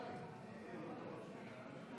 אדוני היושב-ראש,